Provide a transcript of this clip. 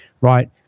right